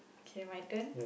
okay my turn